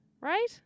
right